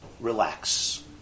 Relax